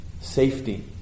safety